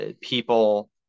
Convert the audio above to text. people